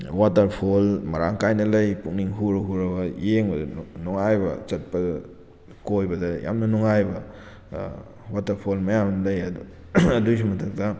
waterfall ꯃꯔꯥꯡ ꯀꯥꯏꯅ ꯂꯩ ꯄꯨꯛꯅꯤꯡ ꯍꯨꯔ ꯍꯨꯔꯕ ꯌꯦꯡꯕꯗ ꯅꯨꯡꯉꯥꯏꯕ ꯆꯠꯄꯗ ꯀꯣꯏꯕꯗ ꯌꯥꯝꯅ ꯅꯨꯡꯉꯥꯏꯕ ꯋꯥꯇꯔꯐꯣꯜ ꯃꯌꯥꯝ ꯑꯃ ꯂꯩ ꯑꯗꯨꯒꯤꯁꯨ ꯃꯊꯛꯇ